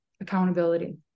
accountability